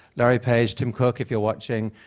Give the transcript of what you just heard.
larry page, tim cook, if you're watching,